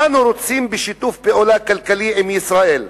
אנו רוצים בשיתוף פעולה כלכלי עם ישראל.